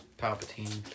Palpatine